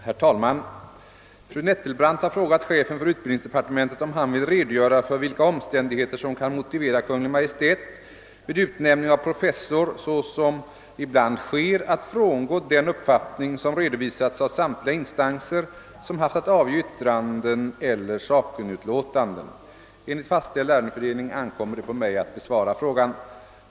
Herr talman! Fru Nettelbrandt har frågat chefen för utbildningsdepartementet om han vill redogöra för vilka omständigheter som kan «motivera Kungl. Maj:t vid utnämning av professor att, så som ibland sker, frångå den uppfattning, som redovisats av samtliga instanser som haft att avge yttranden eller sakkunnigutlåtanden. Enligt fastställd ärendefördelning ankommer det på mig att besvara frågan.